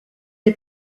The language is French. est